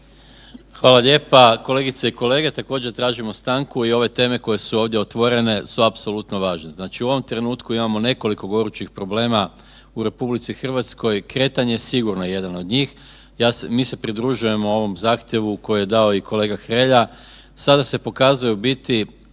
Hvala lijepa. Kolegice i kolege, također tražimo stanku i ove teme koje su ovdje otvorene su apsolutno važne. Znači u ovom trenutku imamo nekoliko gorućih problema u RH i kretanje je sigurno jedan od njih. Ja se, mi se pridružujemo ovom zahtjevu koji je dao i kolega Hrelja. Sada se pokazuje u biti